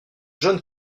john